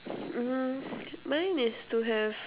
mm mine is to have